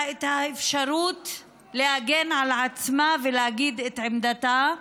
את האפשרות להגן על עצמה ולהגיד את עמדתה,